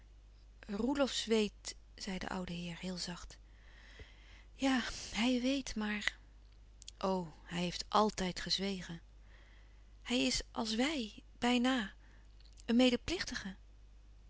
roelofsz weet zei de oude heer heel zacht ja hij weet maar o hij heeft àltijd gezwegen hij is als wij bijna een medeplichtige